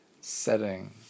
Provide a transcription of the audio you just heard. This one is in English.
Setting